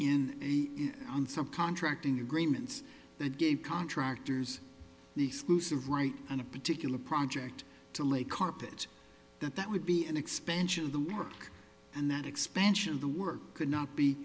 in on some contracting agreements that gave contractors the sluice of right on a particular project to lay carpet that that would be an expansion of the work and that expansion of the work could not be